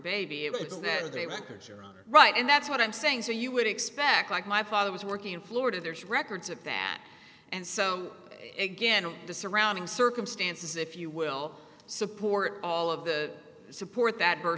honor right and that's what i'm saying so you would expect like my father was working in florida there's records of that and so again all the surrounding circumstances if you will support all of the support that birth